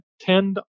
tend